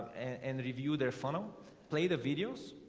and review their funnel play the videos